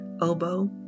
oboe